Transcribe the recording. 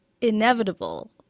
inevitable